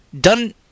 done